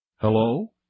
Hello